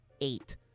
eight